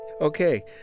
Okay